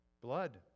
blood